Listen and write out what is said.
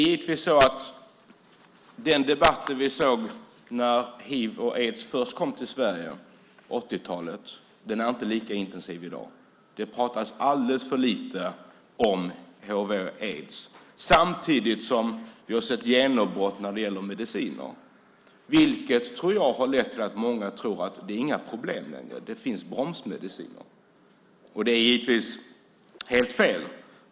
Givetvis är den debatt vi såg när hiv och aids först kom till Sverige på 80-talet inte lika intensiv i dag. Det pratas alldeles för lite om hiv och aids. Samtidigt har vi sett genombrott när det gäller mediciner, vilket, tror jag, har lett till att många tror att det inte är några problem längre. Det finns bromsmediciner. Det är givetvis helt fel.